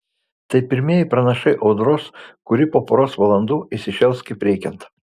tai pirmieji pranašai audros kuri po poros valandų įsišėls kaip reikiant